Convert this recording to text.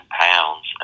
pounds